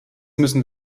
müssen